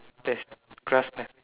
okay class end